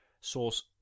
source